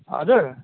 हजुर